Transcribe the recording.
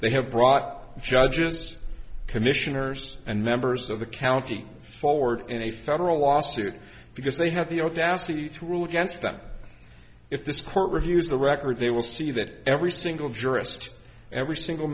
they have brought judges commissioners and members of the county forward in a federal lawsuit because they have the audacity to rule against them if this court reviews the record they will see that every single jurist every single